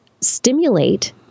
stimulate